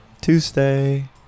Tuesday